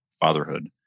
fatherhood